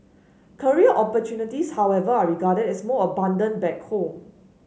career opportunities however are regarded as more abundant back home